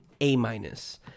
A-minus